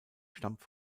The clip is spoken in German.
stammt